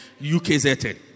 UKZN